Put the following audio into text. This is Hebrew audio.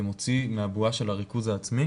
זה מוציא מהבועה של הריכוז העצמי